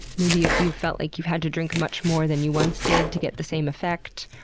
maybe if you felt like you've had to drink much more than you once did to get the same effect,